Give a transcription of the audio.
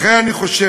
לכן אני רוצה,